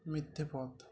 মিথ্যে পথ